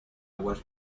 aguas